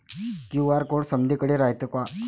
QR code समदीकडे रायतो का?